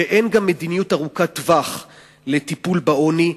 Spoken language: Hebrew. שאין מדיניות ארוכת טווח לטיפול בעוני,